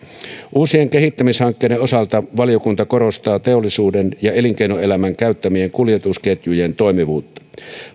uusien kehittämishankkeiden osalta valiokunta korostaa teollisuuden ja elinkeinoelämän käyttämien kuljetusketjujen toimivuutta